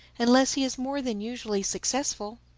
unless he is more than usually successful.